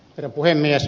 herra puhemies